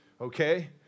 Okay